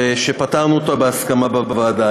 ושפתרנו אותו בהסכמה בוועדה.